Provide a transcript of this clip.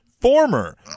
Former